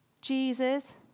Jesus